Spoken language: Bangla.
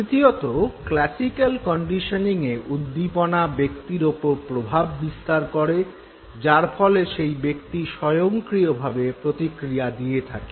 তৃতীয়ত ক্লাসিক্যাল কন্ডিশনিঙে উদ্দীপনা ব্যক্তির ওপর প্রভাব বিস্তার করে যার ফলে সেই ব্যক্তি স্বয়ংক্রিয়ভাবে প্রতিক্রিয়া দিয়ে থাকেন